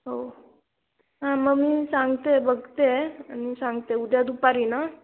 हो हां मग मी सांगते बघते आणि सांगते उद्या दुपारी ना